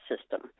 system